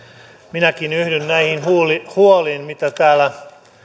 minäkin yhdyn näihin huoliin mitä täällä